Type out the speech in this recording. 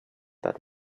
that